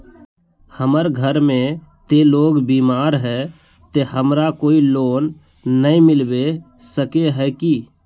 हमर घर में ते लोग बीमार है ते हमरा कोई लोन नय मिलबे सके है की?